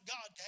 God